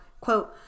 quote